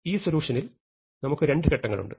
ഈ സൊല്യൂഷനിൽ നമുക്ക് രണ്ട് ഘട്ടങ്ങളുണ്ട്